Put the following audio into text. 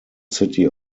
city